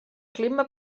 clima